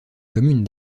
commune